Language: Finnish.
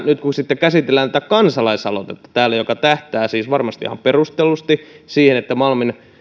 nyt kun sitten täällä käsitellään tätä kansalaisaloitetta joka siis tähtää varmasti ihan perustellusti siihen että malmin